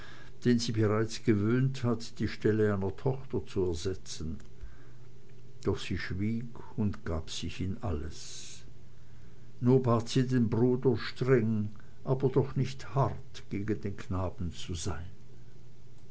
den sie bereits gewöhnt hat die stelle einer tochter zu ersetzen doch sie schwieg und gab sich in alles nur bat sie den bruder streng doch nicht hart gegen den knaben zu sein